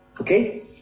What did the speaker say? Okay